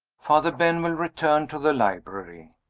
father benwell returned to the library.